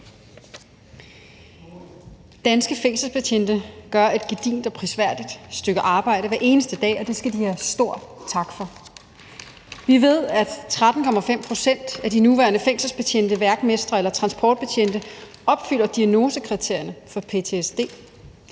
Danske fængselsbetjente gør et gedigent og prisværdigt stykke arbejde hver eneste dag, og det skal de have stor tak for. Vi ved, at 13,5 pct. af de nuværende fængselsbetjente, værkmestre eller transportbetjente opfylder diagnosekriterierne for ptsd.